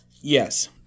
yes